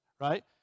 right